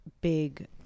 big